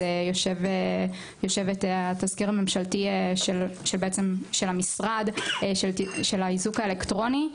אז יש את התזכיר הממשלתי של המשרד של האיזוק האלקטרוני.